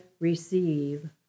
receive